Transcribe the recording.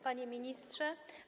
Panie Ministrze!